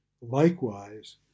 Likewise